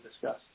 discuss